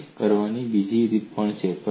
તે કરવાની બીજી રીત પણ છે